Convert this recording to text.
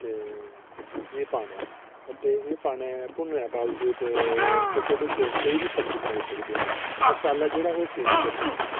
एह् पाना ऐ ते एह् पाना ऐ भुन्नने दे बावजूद तुस ओह्दे च कोई बी सब्जी बनाई सकदे ओ मसाला जेह्ड़ा में